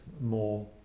more